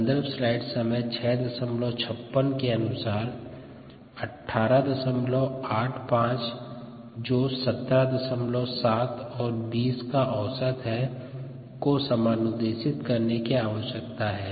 सन्दर्भ स्लाइड समय 0656 के अनुसार 1885 जो 177 और 20 का औसत है को समनुदेशित करने की आवश्यकता है